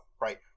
right